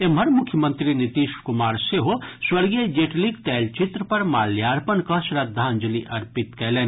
एम्हर मुख्यमंत्री नीतीश कुमार सेहो स्वर्गीय जेटलीक तैलचित्र पर माल्यार्पण कऽ श्रद्धांजलि अर्पित कयलनि